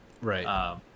Right